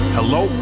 Hello